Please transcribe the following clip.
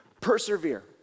persevere